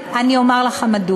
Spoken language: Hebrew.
אני אומר מדוע.